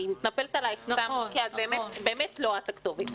אני מתנפלת עלייך סתם כי באמת לא את הכתובת.